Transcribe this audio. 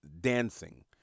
dancing